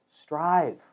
Strive